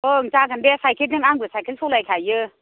ओं जागोन दे साइखेलजों आंबो साइखेल सलाइखायो